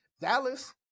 Dallas